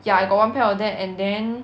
ya I got one pair of that and then